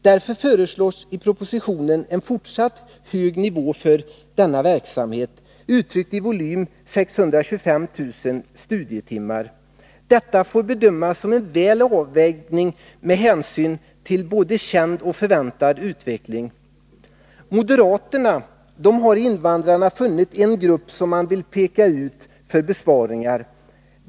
Därför föreslås i propositionen en fortsatt hög nivå på denna verksamhet, uttryckt i volym 625 000 studietimmar. Detta får bedömas som väl avvägt med hänsyn till både känd och förväntad utveckling. Moderaterna har i invandrarna funnit en grupp som man vill peka ut för besparingar.